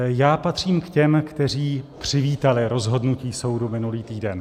Já patřím k těm, kteří přivítali rozhodnutí soudu minulý týden.